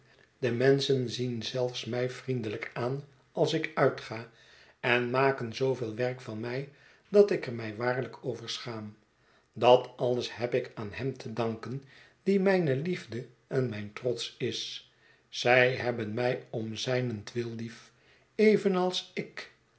de menschen zien zelfs mij vriendelijk aan als ik uitga en maken zooveel werk van mij dat ik er mij waarlijk over schaam dat alles heb ik aan hem te danken die mijne liefde en mijn trots is zij hebben mij om zijnentwil lief evenals ik